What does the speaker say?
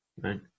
right